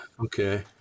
okay